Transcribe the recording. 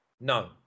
No